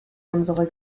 unsere